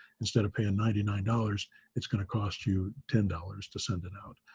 instead of paying ninety nine dollars it's going to cost you ten dollars to send it out.